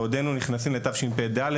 בעודנו נכנסים לתשפ"ד.